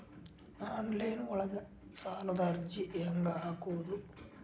Online ಒಳಗ ಸಾಲದ ಅರ್ಜಿ ಹೆಂಗ್ ಹಾಕುವುದು?